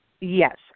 Yes